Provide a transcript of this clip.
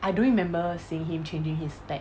I don't remember seeing him changing his spec